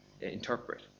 interpret